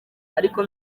ariko